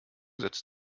setzt